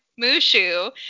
Mushu